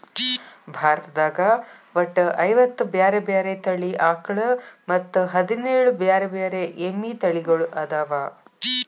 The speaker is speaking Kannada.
ಭಾರತದಾಗ ಒಟ್ಟ ಐವತ್ತ ಬ್ಯಾರೆ ಬ್ಯಾರೆ ತಳಿ ಆಕಳ ಮತ್ತ್ ಹದಿನೇಳ್ ಬ್ಯಾರೆ ಬ್ಯಾರೆ ಎಮ್ಮಿ ತಳಿಗೊಳ್ಅದಾವ